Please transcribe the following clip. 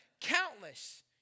countless